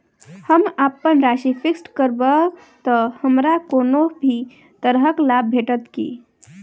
हम अप्पन राशि फिक्स्ड करब तऽ हमरा कोनो भी तरहक लाभ भेटत की?